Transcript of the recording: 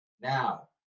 Now